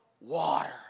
water